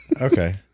Okay